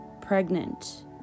Pregnant